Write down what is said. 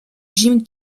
jim